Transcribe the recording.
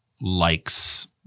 likes